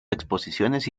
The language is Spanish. exposiciones